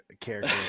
character